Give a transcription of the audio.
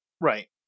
Right